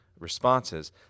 responses